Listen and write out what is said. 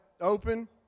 Open